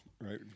right